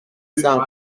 cent